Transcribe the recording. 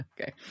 Okay